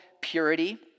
purity